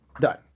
Done